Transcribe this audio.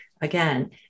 again